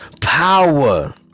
Power